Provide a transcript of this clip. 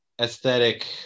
aesthetic